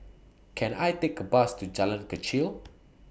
Can I Take A Bus to Jalan Kechil